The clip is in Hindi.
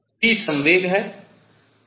p संवेग है